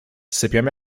sypiam